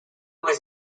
was